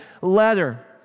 letter